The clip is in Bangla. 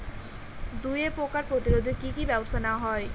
দুয়ে পোকার প্রতিরোধে কি কি ব্যাবস্থা নেওয়া হয়?